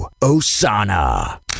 Osana